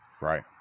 Right